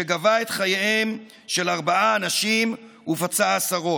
שגבה את חייהם של ארבעה אנשים ופצע עשרות.